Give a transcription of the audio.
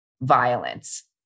violence